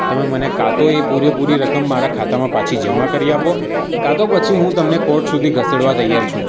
તમે મને કાં તો એ પૂરેપૂરી રકમ મારા ખાતામાં પાછી જમા કરી આપો કાં તો પછી હું તમને કોર્ટ સુધી ઘસેડવા તૈયાર છું